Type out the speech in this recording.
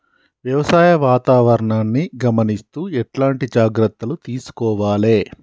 వ్యవసాయ వాతావరణాన్ని గమనిస్తూ ఎట్లాంటి జాగ్రత్తలు తీసుకోవాలే?